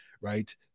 right